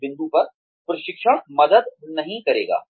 उस बिंदु पर प्रशिक्षण मदद नहीं करेगा